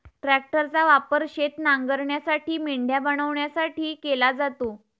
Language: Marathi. ट्रॅक्टरचा वापर शेत नांगरण्यासाठी, मेंढ्या बनवण्यासाठी केला जातो